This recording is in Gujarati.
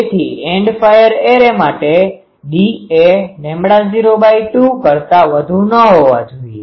તેથી એન્ડ ફાયર એરે માટે d એ ૦2 કરતા વધુ ન હોવા જોઈએ